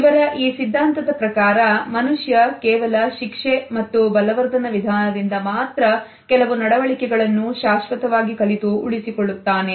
ಇವರ ಈ ಸಿದ್ಧಾಂತದ ಪ್ರಕಾರ ಮನುಷ್ಯ ಕೇವಲ ಶಿಕ್ಷೆ ಮತ್ತು ಬಲವರ್ಧನ ವಿಧಾನದಿಂದ ಮಾತ್ರ ಕೆಲವು ನಡವಳಿಕೆಗಳನ್ನು ಶಾಶ್ವತವಾಗಿ ಕಲಿತು ಉಳಿಸಿಕೊಳ್ಳುತ್ತಾನೆ